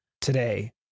today